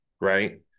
Right